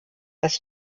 dass